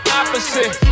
opposite